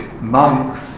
monks